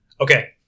Okay